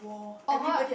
orh my